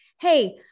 Hey